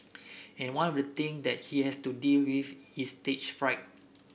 and one of the thing that he has to deal with is stage fright